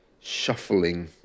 Shuffling